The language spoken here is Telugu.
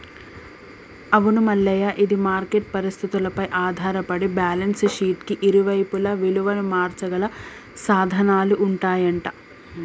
అవును మల్లయ్య ఇది మార్కెట్ పరిస్థితులపై ఆధారపడి బ్యాలెన్స్ షీట్ కి ఇరువైపులా విలువను మార్చగల సాధనాలు ఉంటాయంట